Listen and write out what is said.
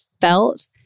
felt